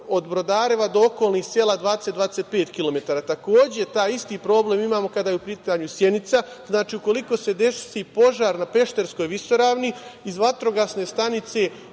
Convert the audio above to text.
od Brodareva do okolnih sela 20, 25 kilometara. Takođe, taj isti problem imamo kada je u pitanju Sjenica. Ukoliko se desi požar na Pešterskoj visoravni, iz vatrogasne stanice